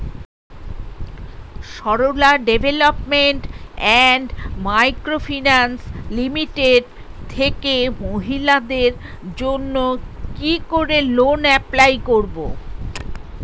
Sarala development and micro finance limited থেকে মহিলাদের জন্য কি করে লোন এপ্লাই করব?